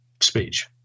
speech